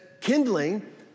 kindling